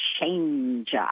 change